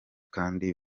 kandi